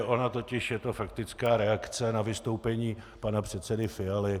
Ona totiž je to faktická reakce na vystoupení pana předsedy Fialy.